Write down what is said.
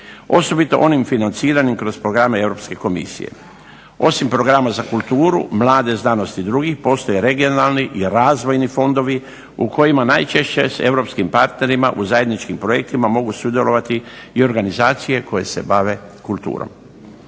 osobito onim financiranim kroz programe Europske komisije. Osim programa za kulturu mladih, znanost i drugih postoje regionalni i razvojni fondovi u kojima najčešće s europskim partnerima u zajedničkim projektima mogu sudjelovati i organizacije koje se bave kulturom.